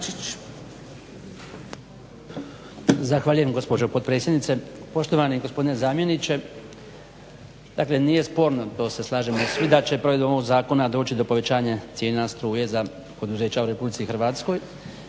Zahvaljujem gospođo potpredsjednice. Poštovani gospodine zamjeniče, dakle nije sporno to se slažemo svi da će provedbom ovog zakona doći do povećanja cijena struje za poduzeća u RH.